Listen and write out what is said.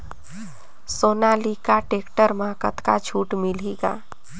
Sonalika tractor म कतका छूट मिलही ग?